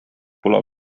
pole